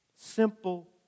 Simple